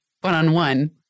one-on-one